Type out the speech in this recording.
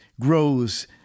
grows